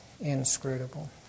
inscrutable